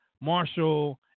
Marshall